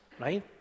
right